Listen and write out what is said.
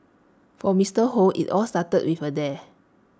for Mister Hoe IT all started with A dare